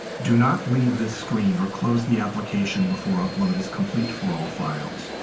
do not leave this screen or close the application before upload is complete for all files,